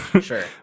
Sure